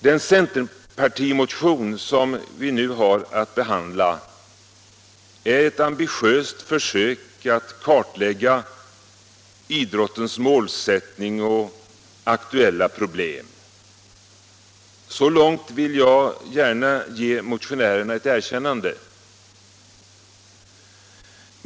Den centerpartimotion som vi nu har att behandla är ett ambitiöst försök att kartlägga idrottens målsättning och aktuella problem. Så långt vill jag gärna ge motionärerna ett erkännande.